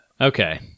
Okay